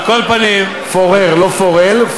על כל פנים, פורר, לא פורל.